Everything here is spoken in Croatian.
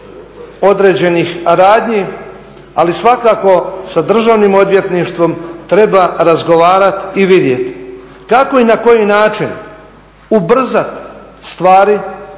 određenih radnji, ali svakako sa Državnim odvjetništvom treba razgovarat i vidjet kako i na koji način ubrzat stvari,